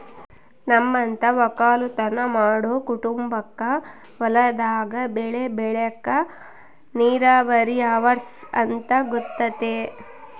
ನಮ್ಮಂತ ವಕ್ಕಲುತನ ಮಾಡೊ ಕುಟುಂಬಕ್ಕ ಹೊಲದಾಗ ಬೆಳೆ ಬೆಳೆಕ ನೀರಾವರಿ ಅವರ್ಸ ಅಂತ ಗೊತತೆ